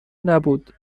نبود